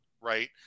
right